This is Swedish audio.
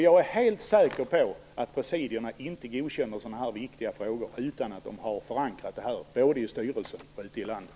Jag är helt säker på att presidierna inte godkänner sådana här viktiga frågor utan att de har förankrat dem både i styrelse och ute i landet.